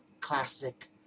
classic